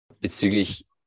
Bezüglich